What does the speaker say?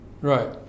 Right